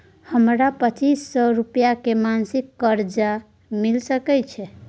हमरा पच्चीस सौ रुपिया के मासिक कर्जा मिल सकै छै?